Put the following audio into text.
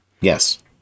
Yes